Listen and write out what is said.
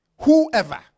whoever